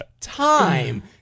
time